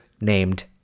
named